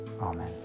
Amen